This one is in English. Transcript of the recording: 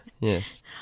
Yes